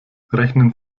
rechnen